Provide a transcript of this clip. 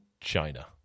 China